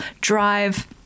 drive